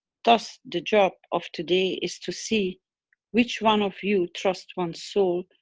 thus the job of today is to see which one of you trust ones soul,